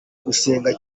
gusenga